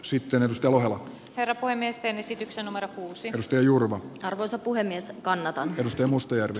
sitten salmela kertoi miesten esityksen uusimista jurvan arvoisa puhemies kannata edusti mustajärvi